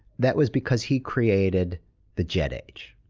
that was because he created the jet age,